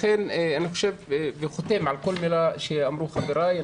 לכן אני חותם על כל מילה שאמרו חבריי.